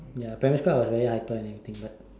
ya primary school I was very hyper and everything but